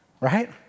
Right